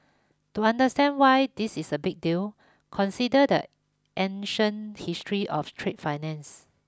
to understand why this is a big deal consider the ancient history of trade finance